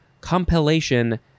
Compilation